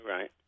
Right